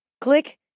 Click